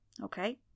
Okay